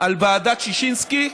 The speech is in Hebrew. על ועדת ששינסקי,